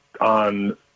on